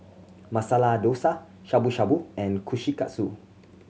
Masala Dosa Shabu Shabu and Kushikatsu